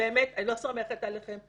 אני לא סומכת עליכם.